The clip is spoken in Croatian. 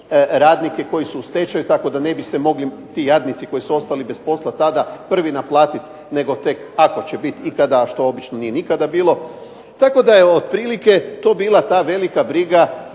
radnike koji su u stečaju tako da ne bi se mogli ti jadnici koji su ostali bez posla tada prvi naplatiti nego tak ako će bit i kada, što obično nije nikada bilo. Tako da je otprilike to bila ta velika briga